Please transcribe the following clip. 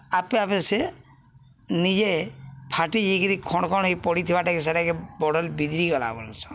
ଆପେ ଆପେ ସେ ନିଜେ ଫାଟି ଯାଇ କିରି ଖଣ୍ ଖଣ୍ ହେଇ ପଡ଼ିଥିବାର୍ଟାକେ ସେଟାକେ ବଢ଼ଲ୍ ବିିଦ୍ରି ଗଲା ବଲ୍ସନ୍